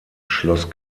schloss